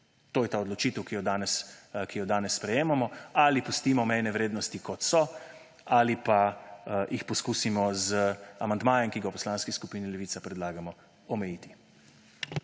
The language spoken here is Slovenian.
To je ta odločitev, ki jo danes sprejemamo: ali pustimo mejne vrednosti, kot so, ali pa jih poskusimo z amandmajem, ki ga v Poslanski skupini Levica predlagamo, omejiti.